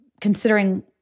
considering